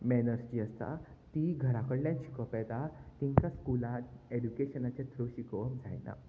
manners जी आसता ती घरा कडल्यान शिकप येता तिंकां स्कुलान एडुकेशनाचे थ्रू शिकोवप जायना